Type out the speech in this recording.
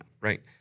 right